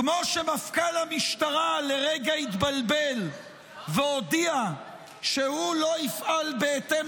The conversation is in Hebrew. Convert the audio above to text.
כמו שמפכ"ל המשטרה לרגע התבלבל והודיע שהוא לא יפעל בהתאם